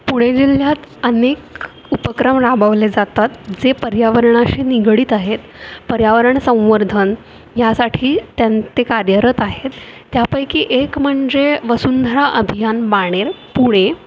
पुणे जिल्ह्यात अनेक उपक्रम राबवले जातात जे पर्यावरणाशी निगडीत आहेत पर्यावरण संवर्धन यासाठी त्यां ते कार्यरत आहेत त्यापैकी एक म्हणजे वसुंधरा अभियान बाणेर पुणे